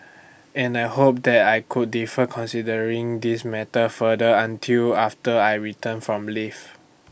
and I hoped that I could defer considering this matter further until after I return from leave